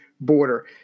border